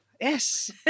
Yes